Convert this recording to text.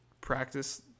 practice